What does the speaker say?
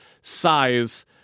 size